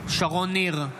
שרון ניר,